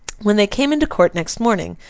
when they came into court next morning,